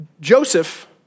Joseph